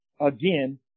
Again